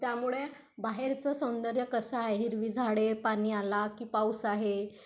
त्यामुळे बाहेरचं सौंदर्य कसं आहे हिरवी झाडे पाणी आला की पाऊस आहे